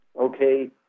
Okay